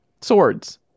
Swords